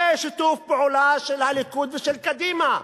זה שיתוף פעולה של הליכוד ושל קדימה.